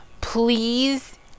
Please